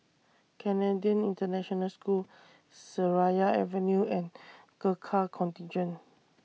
Canadian International School Seraya Avenue and Gurkha Contingent